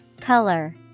Color